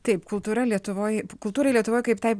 taip kultūra lietuvoj kultūrai lietuvoj kaip tai